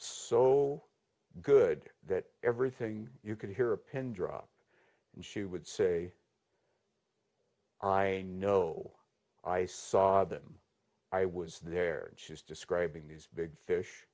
so good that everything you could hear a pin drop and she would say i know i saw them i was there she was describing these big fish